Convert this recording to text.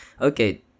okay